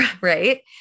Right